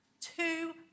Two